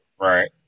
Right